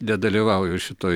nedalyvauju šitoj